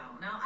No